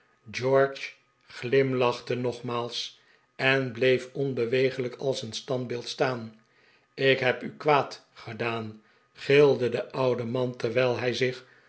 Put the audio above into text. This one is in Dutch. george glimlaehte nogmaals en bleef ohbeweeglijk als een standbeeld staan ik heb u kwaad gedaan gilde de oude man terwijl hij zich